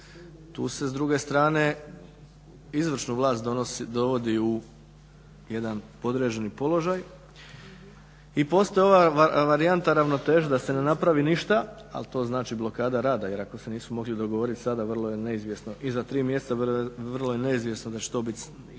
Tu se s druge strane izvršnu vlast dovodi u jedan podređeni položaj. I postoji ova varijanta ravnoteže da se ne napravi ništa, ali to znači blokada rada. Jer ako se nisu mogli dogovorit sada vrlo je neizvjesno i za tri mjeseca vrlo je neizvjesno da će to bit i nakon